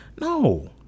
No